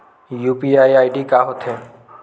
UPI ID का होथे?